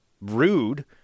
rude